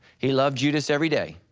he loved judas every day,